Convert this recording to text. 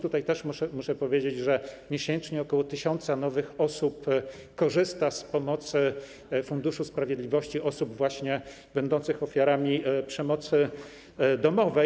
Tutaj też muszę powiedzieć, że miesięcznie ok. tysiąca nowych osób korzysta z pomocy Funduszu Sprawiedliwości, osób będących ofiarami przemocy domowej.